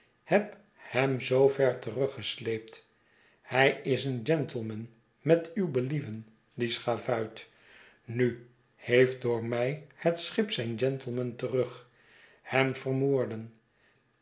heb hem zoover teruggesleept hij is een gentleman met uw believen die schavuit nu heeft door mij het schip zijn gentleman terug hem vermoorden